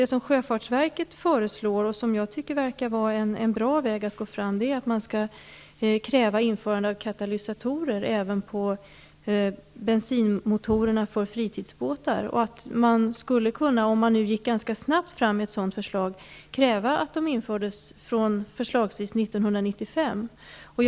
Det som sjöfartsverket föreslår, som jag tycker verkar vara en bra väg att gå, är att man skall kräva införande av katalysatorer även på bensinmotorerna för fritidsbåtar. Man skulle kunna kräva att de infördes från förslagsvis 1995, om man ganska snabbt gick fram med ett sådant förslag.